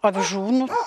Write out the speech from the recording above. avižų nu